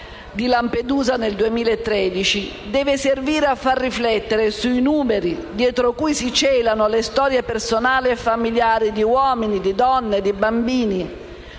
di Lampedusa nel 2013, deve servire a far riflettere sui numeri dietro cui si celano le storie personali e familiari di uomini, donne e bambini.